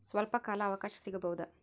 ಸ್ವಲ್ಪ ಕಾಲ ಅವಕಾಶ ಸಿಗಬಹುದಾ?